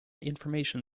information